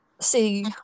see